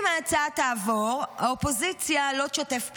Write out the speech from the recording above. אם ההצעה תעבור, האופוזיציה לא תשתף פעולה,